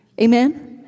Amen